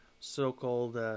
so-called